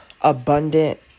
abundant